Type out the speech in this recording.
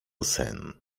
sen